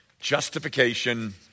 justification